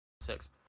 six